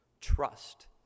trust